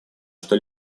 что